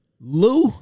Lou